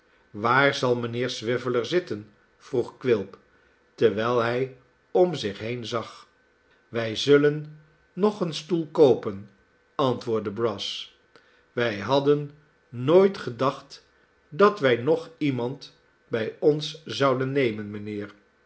waar zal mijnheer swiveller zitten vroeg quilp terwijl hij om zich heen zag wij zullen nog een stoel koopen antwoordde brass wij hadden nooit gedacht dat wij nog iemand bij ons zouden nemen